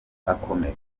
akomeye